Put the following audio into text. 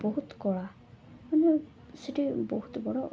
ବହୁତ କଳା ମାନେ ସେଠି ବହୁତ ବଡ଼